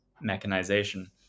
mechanization